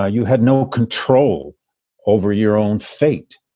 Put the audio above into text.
ah you had no control over your own fate.